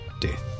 death